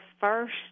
first